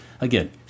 again